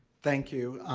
thank you.